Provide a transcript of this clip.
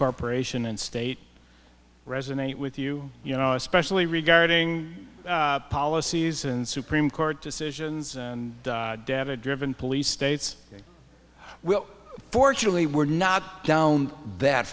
corporation and state resonate with you you know especially regarding policies and supremes court decisions and data driven police states fortunately we're not down that